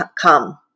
come